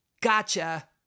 Gotcha